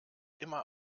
immer